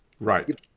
Right